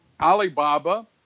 Alibaba